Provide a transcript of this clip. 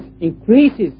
increases